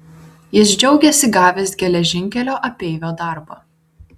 jis džiaugėsi gavęs geležinkelio apeivio darbą